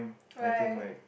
why